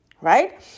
right